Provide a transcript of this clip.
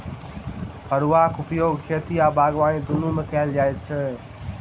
फड़ुआक उपयोग खेती आ बागबानी दुनू मे कयल जाइत अछि